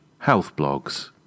healthblogs